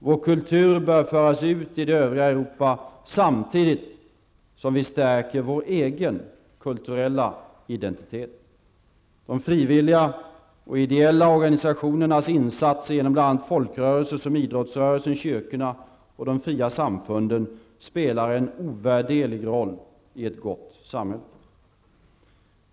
Vår kultur bör föras ut i det övriga Europa samtidigt som vi stärker vår egen kulturella identitet. De frivilliga och ideella organisationernas insatser inom bl.a. folkrörelser som idrottsrörelsen, kyrkorna och de fria samfunden spelar en ovärderlig roll i ett gott samhälle.